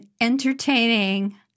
entertaining